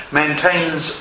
maintains